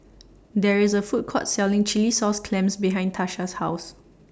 There IS A Food Court Selling Chilli Sauce Clams behind Tasha's House